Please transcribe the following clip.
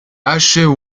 ashe